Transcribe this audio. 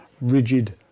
rigid